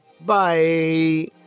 Bye